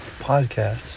podcast